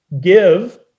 give